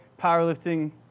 powerlifting